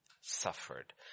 suffered